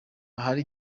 ahari